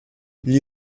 gli